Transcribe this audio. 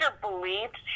believed